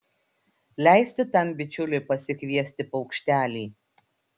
leisti tam bičiuliui pasikviesti paukštelį